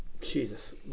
Jesus